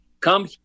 come